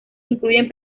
incluyen